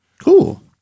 cool